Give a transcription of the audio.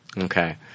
Okay